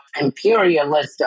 imperialist